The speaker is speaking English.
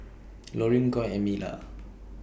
Lorin Coy and Mila